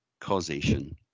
causation